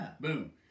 Boom